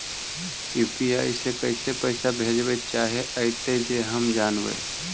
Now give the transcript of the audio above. UPI से कैसे पैसा भेजबय चाहें अइतय जे हम जानबय?